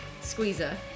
squeezer